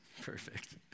Perfect